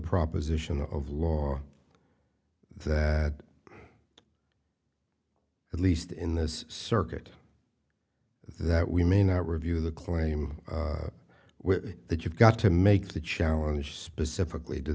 proposition of law that at least in this circuit that we may not review the claim with that you've got to make the challenge specifically do